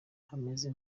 hameze